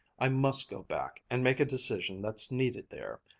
i must go back, and make a decision that's needed there.